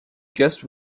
guest